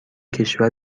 کشور